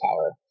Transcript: power